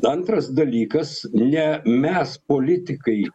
antras dalykas ne mes politikai